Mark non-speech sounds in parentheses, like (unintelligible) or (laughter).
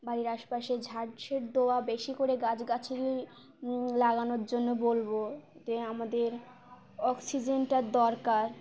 বাড়ির আশপাশে (unintelligible) দেওয়া বেশি করে গাছগাছালি লাগানোর জন্য বলব যে আমাদের অক্সিজেনটার দরকার